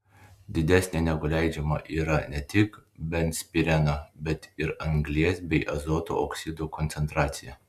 didesnė negu leidžiama yra ne tik benzpireno bet ir anglies bei azoto oksidų koncentracija